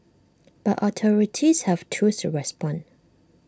but authorities have tools to respond